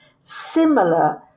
similar